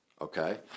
okay